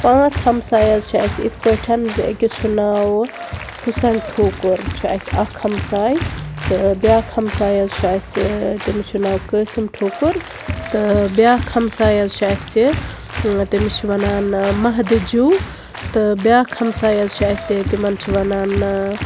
پانژھ ہمساے حظ چھِ اسہِ اِتھ پٲٹھۍ زِ اکِس چھُ ناو حُسن ٹھوکُر یہِ چھُ اسہِ اکھ ہمساے تہٕ بِیاکھ ہمساے حظ چھُ اسہِ تٔمِس چھُ ناو قٲسِم ٹھوکُر تہٕ بِیاکھ ہمساے حظ چھُ اسہِ إں تٕس چھِ ونان مہدٕ جو تہٕ بِیاکھ ہمساے حظ چھُ اسہِ تِمن چھِ ونان إن